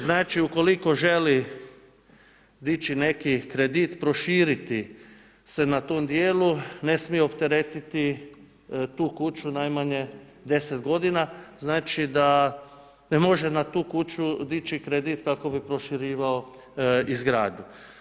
Znači ukoliko želi dići neki kredit, proširiti se na tom dijelu, ne smije opteretiti tu kuću najmanje 10 g. znači da ne može na tu kuću dići kredit kako bi proširivao izgradnju.